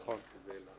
נכון.